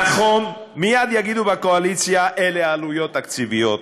נכון, מייד יגידו בקואליציה: אלה עלויות תקציביות,